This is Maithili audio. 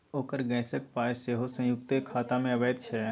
ओकर गैसक पाय सेहो संयुक्ते खातामे अबैत छै